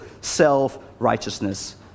self-righteousness